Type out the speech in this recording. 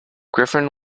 griffin